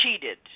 cheated